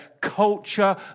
culture